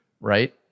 right